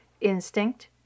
instinct